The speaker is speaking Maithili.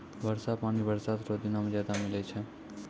वर्षा पानी बरसात रो दिनो मे ज्यादा मिलै छै